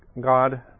God